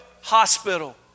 Hospital